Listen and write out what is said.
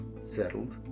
settled